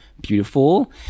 beautiful